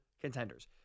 contenders